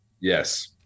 Yes